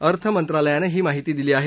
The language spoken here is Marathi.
अर्थमंत्रालयानं ही माहिती दिली आहे